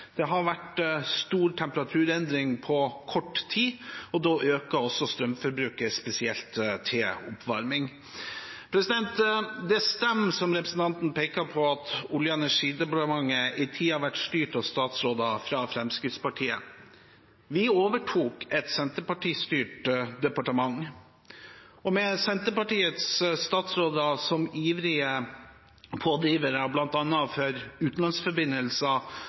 Det har vært stor temperaturendring på kort tid, og da øker også strømforbruket, spesielt til oppvarming. Det stemmer, som representanten peker på, at Olje- og energidepartementet en tid har vært styrt av statsråder fra Fremskrittspartiet. Vi overtok et Senterparti-styrt departementet, og med Senterpartiets statsråder som ivrige pådrivere, bl.a. for utenlandsforbindelser,